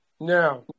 now